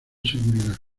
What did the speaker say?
seguridad